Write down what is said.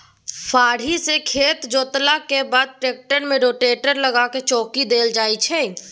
फारी सँ खेत जोतलाक बाद टेक्टर मे रोटेटर लगा चौकी देल जाइ छै